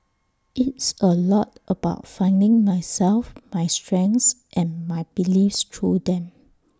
it's A lot about finding myself my strengths and my beliefs through them